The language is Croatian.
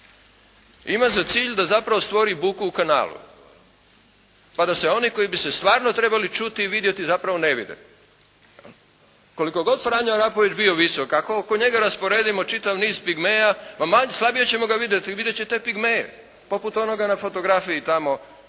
ima za cilj da zapravo stvori buku u kanalu. Pa da se oni koji bi se stvarno trebali čuti i vidjeti zapravo ne vide. Koliko god Franjo Arapović bio visok ako oko njega rasporedimo čitav niz Pigmeja slabije ćemo ga vidjeti, vidjet ćemo te Pigmeje. Poput onoga na fotografiji tamo